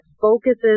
focuses